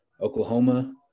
Oklahoma